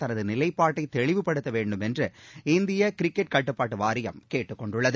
தனது நிலைப்பாட்டை தெளிவுபடுத்த வேண்டும் என்று இந்திய கிரிக்கெட் கட்டுப்பாட்டு வாரியம் கேட்டுக்கொண்டுள்ளது